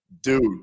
Dude